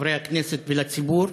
לחברי הכנסת ולציבור,